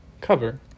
cover